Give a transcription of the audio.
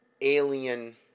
alien